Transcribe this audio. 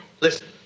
Listen